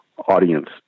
audience